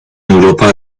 europa